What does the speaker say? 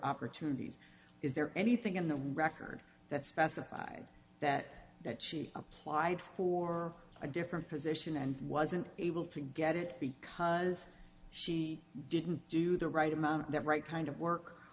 opportunities is there anything in the record that specifies that that she applied for a different position and wasn't able to get it because she didn't do the right amount the right kind of work